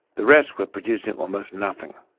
the rest were producing almost nothing.